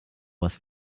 was